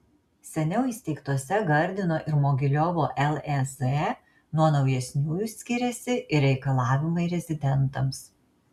seniau įsteigtose gardino ir mogiliovo lez nuo naujesniųjų skiriasi ir reikalavimai rezidentams